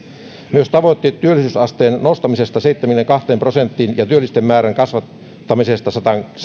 myös tavoitteet työllisyysasteen nostamisesta seitsemäänkymmeneenkahteen prosenttiin ja työllisten määrän kasvattamisesta